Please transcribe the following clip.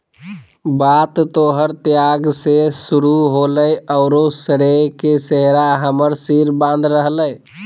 बात तोहर त्याग से शुरू होलय औरो श्रेय के सेहरा हमर सिर बांध रहलय